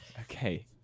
Okay